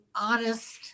honest